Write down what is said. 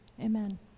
amen